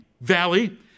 valley